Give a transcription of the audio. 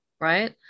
Right